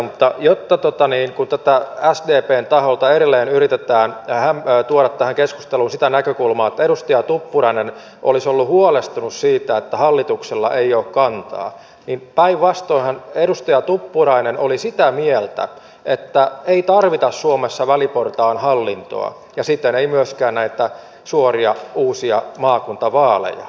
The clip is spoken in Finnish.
mutta kun sdpn taholta edelleen yritetään tuoda tähän keskusteluun sitä näkökulmaa että edustaja tuppurainen olisi ollut huolestunut siitä että hallituksella ei ole kantaa niin päinvastoinhan edustaja tuppurainen oli sitä mieltä että ei tarvita suomessa väliportaan hallintoa ja siten ei myöskään näitä suoria uusia maakuntavaaleja